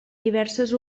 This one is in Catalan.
diverses